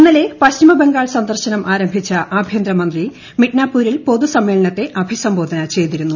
ഇന്നലെ പശ്ചിമബംഗാൾ സന്ദർശനം ആരംഭിച്ച ആഭ്യന്തരമന്ത്രി മിഡ്നാപുരിൽ പൊതുസമ്മേളനത്തെ അഭിസംബോധന ചെയ്തിരുന്നു